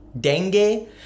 dengue